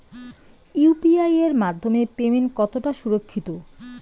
UPI এর মাধ্যমে payment কতটা সুরক্ষিত?